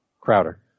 Crowder